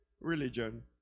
Religion